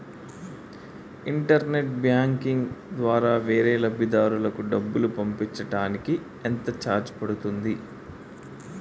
Internet banking ద్వారా వేరే లబ్ధిదారులకు డబ్బులు పంపించటానికి ఎంత ఛార్జ్ పడుతుంది?